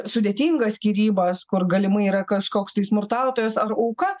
sudėtingas skyrybas kur galimai yra kažkoks tai smurtautojas ar auka